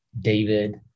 David